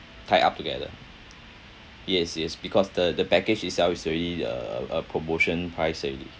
tie up together yes yes because the the package itself is already uh a promotion price already